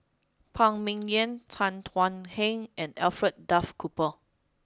Phan Ming Yen Tan Thuan Heng and Alfred Duff Cooper